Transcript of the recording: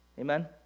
Amen